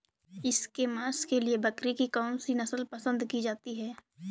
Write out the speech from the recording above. इसके मांस के लिए बकरी की कौन सी नस्ल पसंद की जाती है?